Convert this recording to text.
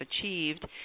achieved